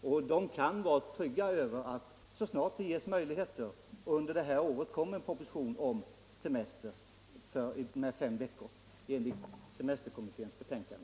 Våra medlemmar litar på att så snart som möjligheter ges under detta år kommer en proposition om fem veckors semester enligt förslaget i semesterkommitténs betänkande.